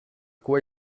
quoi